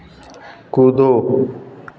कूदो